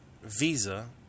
visa